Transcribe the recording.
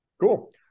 Cool